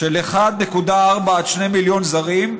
של 1.4 2 מיליון זרים,